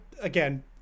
again